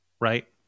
right